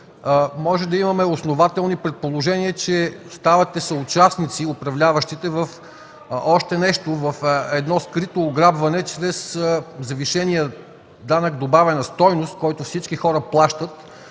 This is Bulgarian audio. можем да имаме основателни предположения, че управляващите ставате съучастници в още нещо – в едно скрито ограбване, чрез завишения данък добавена стойност, който всички хора плащат,